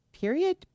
period